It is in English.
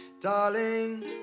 darling